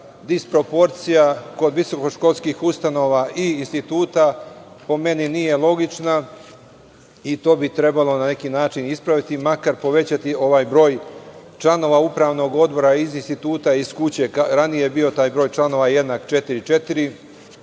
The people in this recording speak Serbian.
disproporcija kod visoko-školskih ustanova i instituta po meni nije logična, i to bi trebalo na neki način ispraviti, makar povećati ovaj broj članova upravnog odbora iz instituta. Ranije je bio taj broj članova 1:4:4.